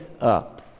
up